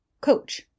coach